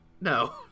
No